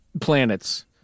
Planets